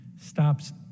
stops